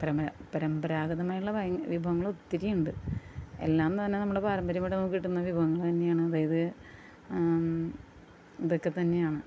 പരമ പരമ്പരാഗതമായുള്ള ഭയ വിഭവങ്ങളൊത്തിരിയുണ്ട് എല്ലാംന്ന് പറഞ്ഞാൽ നമ്മുടെ പാരമ്പര്യമായിട്ട് നമുക്ക്കിട്ടുന്ന വിഭവങ്ങളന്നെയാണ് അതായത് ഇതൊക്കെത്തന്നെയാണ്